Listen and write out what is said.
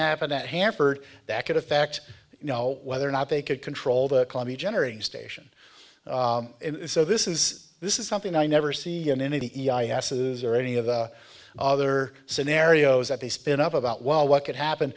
happened at hanford that could affect you know whether or not they could control the clubby generating station so this is this is something i never see an end of the any of the other scenarios that they spin up about well what could happen